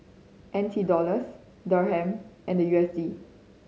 N T Dollars Dirham and U S D